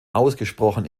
ausgesprochen